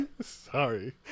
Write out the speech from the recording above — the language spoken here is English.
sorry